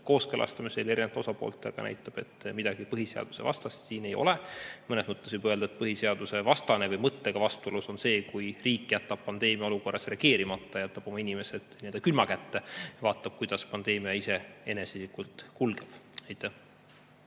kooskõlastamisel, näitab, et midagi põhiseadusvastast siin ei ole. Mõnes mõttes võib öelda, et põhiseadusvastane või põhiseaduse mõttega vastuolus on see, kui riik jätab pandeemia korral reageerimata, jätab oma inimesed külma kätte ja vaatab, kuidas pandeemia iseeneslikult kulgeb. Aitäh